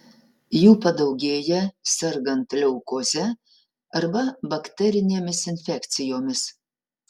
jų padaugėja sergant leukoze arba bakterinėmis infekcijomis